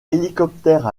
hélicoptère